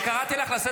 תבואי, אני אגיד לך.